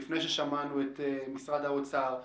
לפני ששמענו את משרד האוצר.